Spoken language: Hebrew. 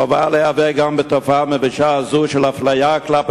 חובה להיאבק גם בתופעה המבישה הזו של אפליה כלפי